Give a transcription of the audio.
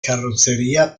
carrozzeria